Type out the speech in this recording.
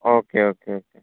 okay okay okay